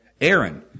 Aaron